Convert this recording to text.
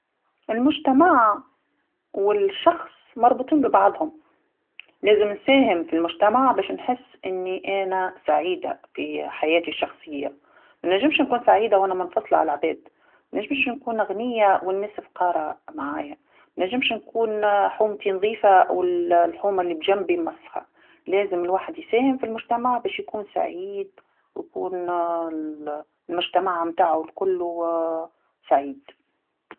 المجتمع والشخص مربوطين ببعضهم، لازم نساهم في المجتمع باش نحس اني انا سعيده في حياتي الشخصيه، ما نجمش نكون سعيده وأنا منفصله على العباد، مانجمش نكون غنيه والناس فقاره معايا، ما نجمش نكون حومتي نظيفه وال- الحومه اللي بجنبي مسخه، لازم الواحد يساهم في المجتمع باش يكون سعيد ويكون المجتمع متاعو الكل سعيد.